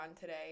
today